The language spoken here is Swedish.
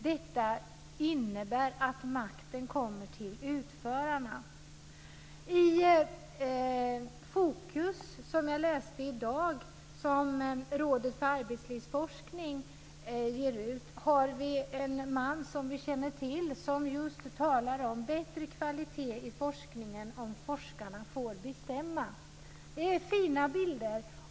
Detta innebär att makten kommer till utförarna. Jag läste i Fokus i dag - som Rådet för arbetslivsforskning ger ut - om en man som talar om bättre kvalitet i forskningen om forskarna får bestämma. Det är fina bilder.